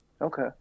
Okay